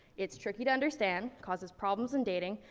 it's tricky to understand, causes problems in dating,